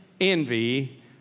envy